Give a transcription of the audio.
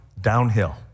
downhill